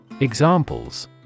Examples